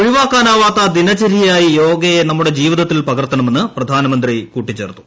ഒഴിവാക്കാനാവാത്ത ദിനചര്യയായി യോഗയെ നമ്മുടെ ജീവിതത്തിൽ പകർത്തണമെന്ന് പ്രധാനമന്ത്രി കൂട്ടിച്ചേർത്തു